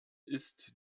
ist